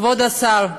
כבוד השר,